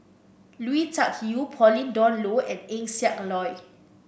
Lui Tuck Yew Pauline Dawn Loh and Eng Siak Loy